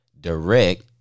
direct